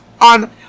on